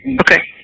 Okay